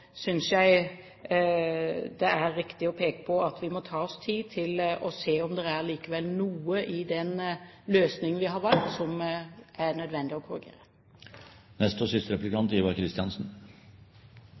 jeg det er riktig å peke på at vi må ta oss tid til å se om det likevel er noe i den løsningen vi har valgt, som det er nødvendig å